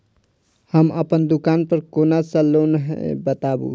हम अपन दुकान पर कोन सा लोन हैं बताबू?